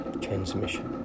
Transmission